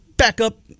Backup